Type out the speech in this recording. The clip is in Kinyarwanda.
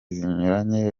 zinyuranye